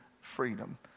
freedom